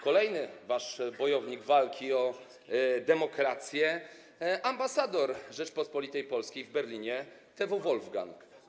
Kolejny wasz bojownik o demokrację - ambasador Rzeczypospolitej Polskiej w Berlinie, TW Wolfgang.